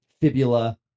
fibula